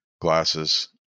glasses